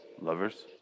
Lovers